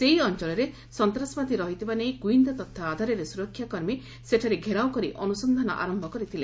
ସେହି ଅଞ୍ଚଳରେ ସନ୍ତାସବାଦୀ ରହିଥିବା ନେଇ ଗୁଇନ୍ଦା ତଥ୍ୟ ଆଧାରରେ ସୁରକ୍ଷାକର୍ମୀ ସେଠାରେ ଘେରାଉ କରି ଅନୁସନ୍ଧାନ ଆରମ୍ଭ କରିଥିଲେ